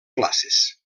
classes